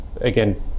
Again